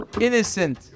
innocent